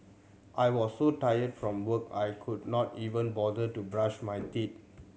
I was so tired from work I could not even bother to brush my teeth